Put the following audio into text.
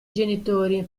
genitori